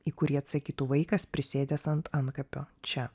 į kurį atsakytų vaikas prisėdęs ant antkapio čia